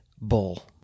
Bull